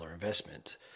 investment